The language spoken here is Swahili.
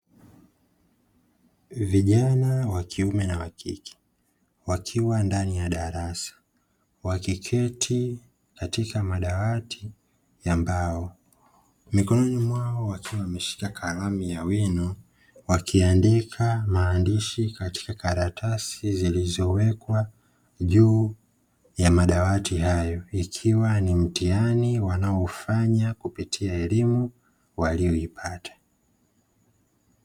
Vijana wa kiume na wa kike wakiwa ndani ya darasa wakiketi katika madawati ya mbao. Mikononi mwao wakiwa wameshika kalamu ya wino wakiandika maandishi katika karatasi zilizowekwa juu ya madawati hayo ikiwa ni mtihani wanaoufanya kupitia elimu waliyoipata.